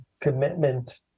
commitment